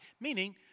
Meaning